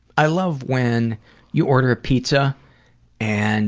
i love when you order a pizza and